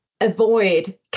Avoid